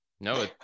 no